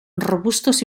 robustos